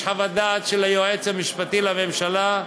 יש חוות דעת של היועץ המשפטי לממשלה,